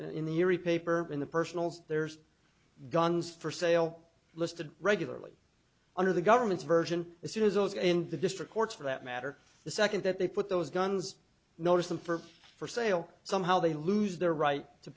the erie paper in the personals there's guns for sale listed regularly under the government's version as soon as those in the district courts for that matter the second that they put those guns notice them for for sale somehow they lose their right to